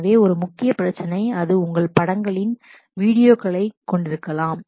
எனவே ஒரு முக்கிய பிரச்சினை அது உங்கள் படங்களின் வீடியோவைக் கொண்டிருக்கலாம்